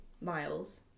Miles